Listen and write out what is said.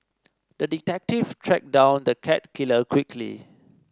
the detective tracked down the cat killer quickly